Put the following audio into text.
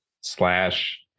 slash